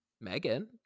Megan